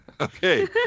Okay